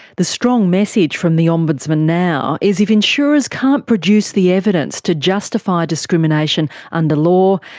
the strong message from the ombudsman now is if insurers can't produce the evidence to justify discrimination under law,